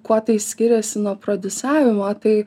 kuo tai skiriasi nuo prodiusavimo tai